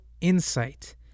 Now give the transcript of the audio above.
insight